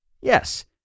Yes